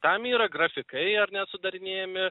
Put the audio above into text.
tam yra grafikai ar ne sudarinėjami